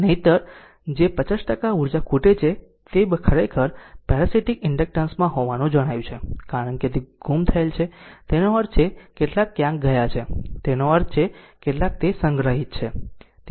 નહિંતર જે 50 ટકા ઉર્જા ખૂટે છે તે ખરેખર પેરાસીટીક ઇન્ડકટન્સ માં હોવાનું જણાયું છે કારણ કે તે ગુમ થયેલ છે તેનો અર્થ છે કેટલાક ક્યાંક ગયા છે તેનો અર્થ છે કેટલાક તે સંગ્રહિત છે